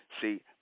See